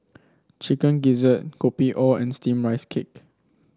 Chicken Gizzard Kopi O and steamed Rice Cake